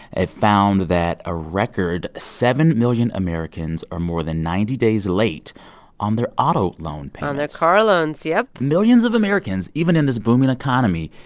it found that a record seven million americans are more than ninety days late on their auto loan payments but on their car loans, yep millions of americans, even in this booming economy,